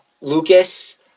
Lucas